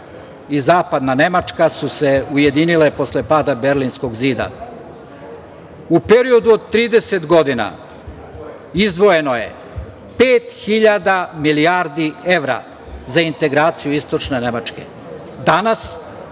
i Zapadna Nemačka su se ujedinile posle pada Berlinskog zida. U periodu od 30 godina izdvojeno je pet hiljada milijardi evra za integraciju Istočne Nemačke.